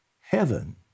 heaven